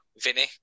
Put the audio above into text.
Vinny